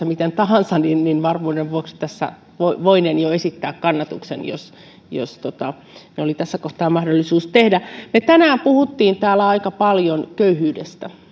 miten tahansa niin niin varmuuden vuoksi tässä voinen jo esittää kannatukseni jos jos ne oli tässä kohtaa mahdollisuus tehdä me tänään puhuimme täällä aika paljon köyhyydestä